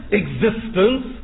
existence